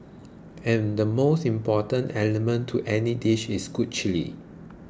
and the most important element to any dishes is good chilli